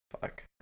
Fuck